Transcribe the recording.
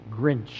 Grinch